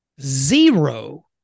zero